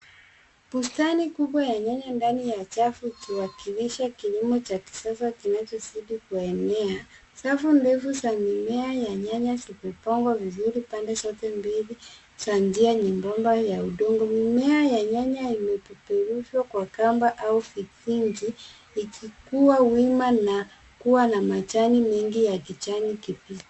Bustani kubwa ya nyanya ndani ya chafu ikiwakilisha kilimo cha kisasa kinachozidi kuenea. Safu ndefu za mimea ya nyanya zimepangwa vizuri pande zote mbili, za njia nyembamba ya udongo. Mimea ya nyanya imepeperushwa kwa kamba au vikingi, vikikuwa wima na kuwa na majani mengi ya kijani kibichi.